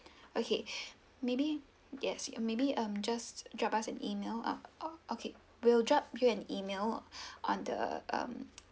okay maybe yes maybe um just drop us an email ah oh okay we'll drop you an email on the um